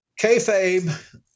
Kayfabe